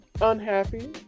unhappy